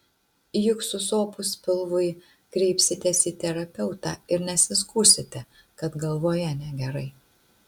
juk susopus pilvui kreipsitės į terapeutą ir nesiskųsite kad galvoje negerai